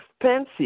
expensive